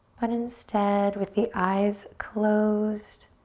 but instead, with the eyes closed,